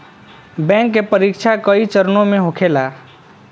bank के परीक्षा कई चरणों में होखेला